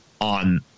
on